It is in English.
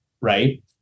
right